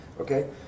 Okay